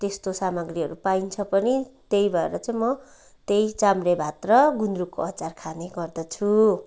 त्यस्तो सामग्रीहरू पाइन्छ पनि त्यही भएर चाहिँ म त्यही चाम्रे भात र गुन्द्रुकको अचार खाने गर्दछु